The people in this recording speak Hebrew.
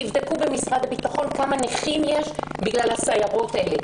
תבדקו במשרד הביטחון כמה נכים יש בגלל הסיירות האלה.